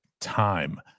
time